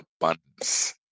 abundance